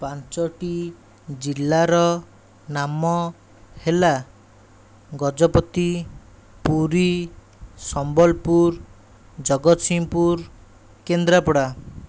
ପାଞ୍ଚଟି ଜିଲ୍ଲାର ନାମ ହେଲା ଗଜପତି ପୁରୀ ସମ୍ବଲପୁର ଜଗତସିଂହପୁର କେନ୍ଦ୍ରାପଡ଼ା